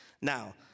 Now